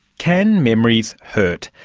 can memories hurt?